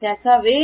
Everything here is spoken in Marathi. त्याचा वेग